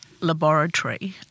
Laboratory